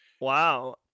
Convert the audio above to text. Wow